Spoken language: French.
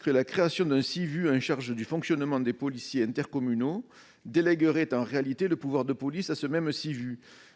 que la création d'un SIVU chargé du fonctionnement des policiers intercommunaux reviendrait en réalité à lui déléguer le pouvoir de police.